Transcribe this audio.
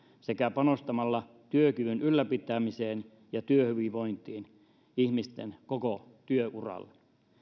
sekä panostamalla työkyvyn ylläpitämiseen ja työhyvinvointiin ihmisten koko työuralla